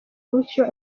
gutyo